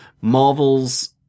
Marvels